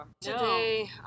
Today